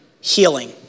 Healing